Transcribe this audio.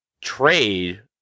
trade